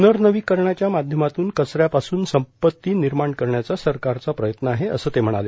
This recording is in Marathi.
पुनर्नवीकरणाच्या माध्यमातून कचऱ्यापासून संपत्ती निर्माण करण्याचा सरकारचा प्रयत्न आहे असं ते म्हणाले